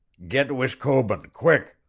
get wishkobun, quick!